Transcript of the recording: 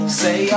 say